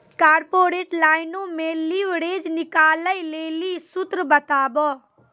corporate लाइनो मे leverage निकालै लेली सूत्र बताबो